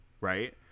right